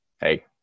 Hey